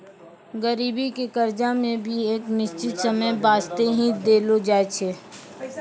गरीबी के कर्जा मे भी एक निश्चित समय बासते ही देलो जाय छै